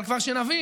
אבל כבר שנבין,